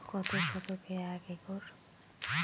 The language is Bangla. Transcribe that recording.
কত শতকে এক একর?